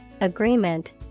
agreement